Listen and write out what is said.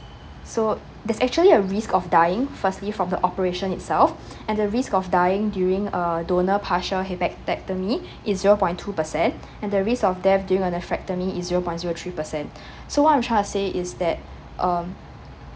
so there's actually a risk of dying firstly from the operation itself and the risk of dying during a donor partial hepatectomy is zero point two percent and the risk of death during a nephrectomy is zero point zero three percent so what I'm trying to say is that um